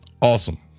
awesome